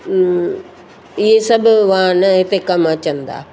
इहे सॼो वाहन हिते कमु अचनि था